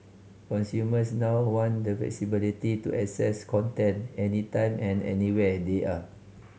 consumers now want the flexibility to access content any time and anywhere they are